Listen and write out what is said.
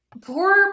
poor